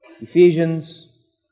Ephesians